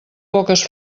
poques